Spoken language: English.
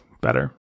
better